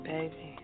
Baby